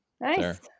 nice